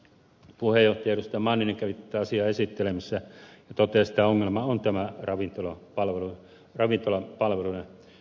manninen kävi tätä asiaa esittelemässä ja totesi että ongelma on tämä ravintolapalvelujen rivitalon palveluja